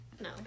No